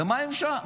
למה הם שם?